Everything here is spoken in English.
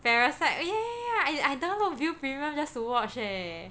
Parasite oh ya ya ya I download Viu premium just to watch eh